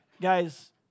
guys